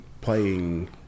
playing